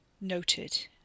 Noted